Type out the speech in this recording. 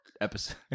episode